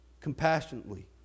compassionately